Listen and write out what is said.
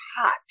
hot